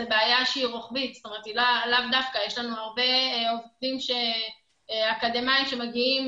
זו בעיה רוחבית ויש לנו הרבה עובדים אקדמאים שמגיעים